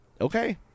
Okay